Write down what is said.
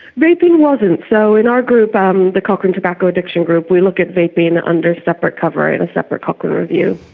vaping wasn't. so in our group, um the cochrane tobacco addiction group we look at vaping under a separate cover in a separate cochrane review.